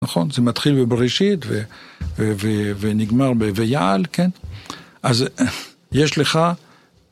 נכון, זה מתחיל בבראשית ונגמר ויעל כן. אז יש לך